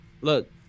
Look